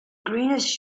greenish